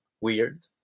weird